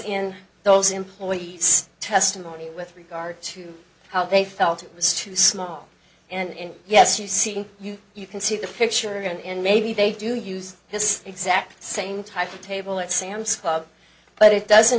in those employees testimony with regard to how they felt it was too small and yes you see in you you can see the picture and maybe they do use this exact same type of table at sam's club but it doesn't